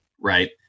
Right